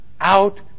out